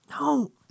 No